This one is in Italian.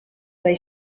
dai